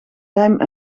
lijm